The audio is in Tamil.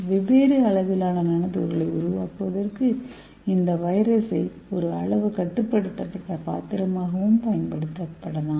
வெவ்வேறு அளவிலான நானோ துகள்களை உருவாக்குவதற்கு இந்த வைரஸை ஒரு அளவு கட்டுப்படுத்தப்பட்ட பாத்திரமாகவும் பயன்படுத்தலாம்